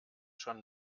schon